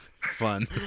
fun